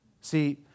See